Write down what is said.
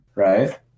Right